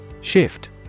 Shift